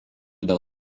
dėl